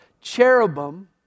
cherubim